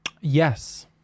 yes